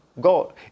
God